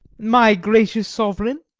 my gracious sovereign?